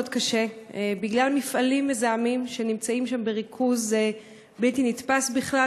קשה בגלל מפעלים מזהמים שנמצאים שם בריכוז בלתי נתפס בכלל,